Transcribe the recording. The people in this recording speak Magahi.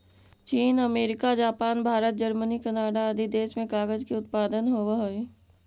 चीन, America, Japan, Bharat, Germany, Canada आदि देश में कागज के उत्पादन होवऽ हई